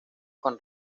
con